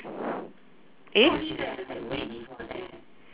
eh